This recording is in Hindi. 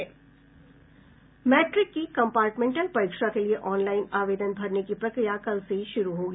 मैट्रिक की कम्पार्टमेंटल परीक्षा के लिए ऑनलाईन आवेदन भरने की प्रक्रिया कल से शुरू होगी